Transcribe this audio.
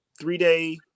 three-day